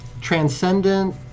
transcendent